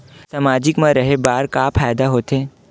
सामाजिक मा रहे बार का फ़ायदा होथे?